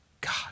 God